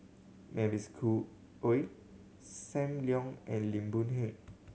Mavis Khoo Oei Sam Leong and Lim Boon Heng